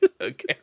Okay